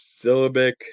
Syllabic